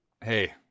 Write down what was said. Hey